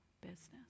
business